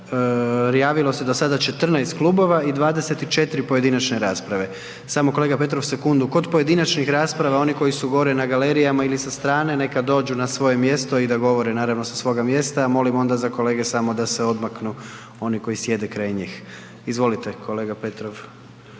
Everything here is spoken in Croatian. javilo se do sada 14 klubova i 24 pojedinačne rasprave. Samo kolega Petrov sekundu. Kod pojedinačnih rasprava oni koji su gore na galerijama ili sa strane neka dođu na svoje mjesto i da govore naravno sa svoga mjesta, molim onda kolege samo da se odmaknu oni koji sjede kraj njih. Izvolite kolega Petrov,